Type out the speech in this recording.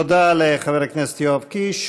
תודה לחבר הכנסת יואב קיש.